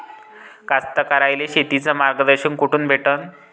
कास्तकाराइले शेतीचं मार्गदर्शन कुठून भेटन?